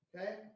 Okay